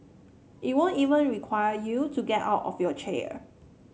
it won't even require you to get out of your chair